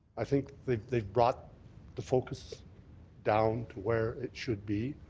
i think they've brought the focus down to where it should be.